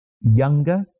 younger